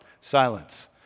Silence